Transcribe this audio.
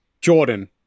Jordan